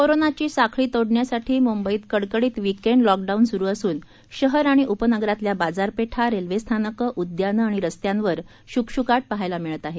कोरोनाची साखळी तोडण्यासाठी मुंबईत कडकडीत विकेंड लॉकडाऊन सुरू असून शहर आणि उपनगरातील बाजारपेठा रेल्वे स्थानकं उद्यानं आणि रस्त्यांवर शुकशुकाट पहायला मिळत आहे